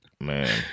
Man